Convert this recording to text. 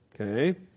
okay